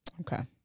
Okay